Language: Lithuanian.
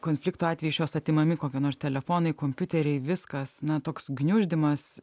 konflikto atveju iš jos atimami kokie nors telefonai kompiuteriai viskas na toks gniuždymas